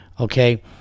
okay